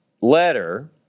letter